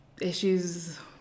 issues